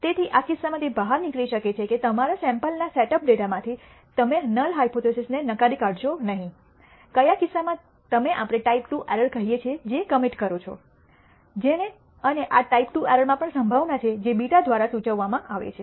તેથી આ કિસ્સામાં તે બહાર નીકળી શકે છે કે તમારા સેમ્પલના સેટઅપ ડેટામાંથી તમે નલ હાયપોથીસિસને નકારી કાઢશો નહીં કયા કિસ્સામાં તમે આપણે ટાઇપ II એરર કહીએ છીએ જે કમિટ કરો છો જેને અને આ ટાઇપ II એરરમાં પણ સંભાવના છે જે β દ્વારા સૂચવવામાં આવે છે